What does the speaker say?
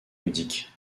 ludique